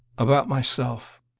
about myself.